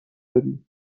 داری